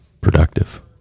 productive